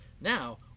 now